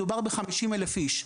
מדובר ב-50,000 איש.